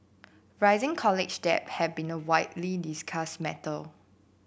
rising college debt have been a widely discussed matter